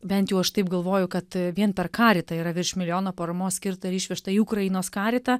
bent jau aš taip galvoju kad vien per karitą yra virš milijono paramos skirta ir išvežta į ukrainos karitą